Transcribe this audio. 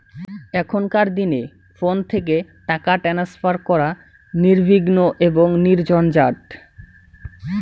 এখনকার দিনে ফোন থেকে টাকা ট্রান্সফার করা নির্বিঘ্ন এবং নির্ঝঞ্ঝাট